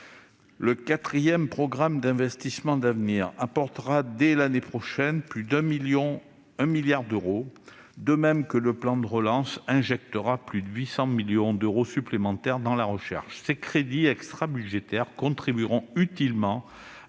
le quatrième programme d'investissements d'avenir apportera dès l'année prochaine plus de 1 milliard d'euros, de même que le plan de relance, qui injectera plus de 800 millions d'euros supplémentaires dans la recherche. Ces crédits extrabudgétaires contribueront utilement à soutenir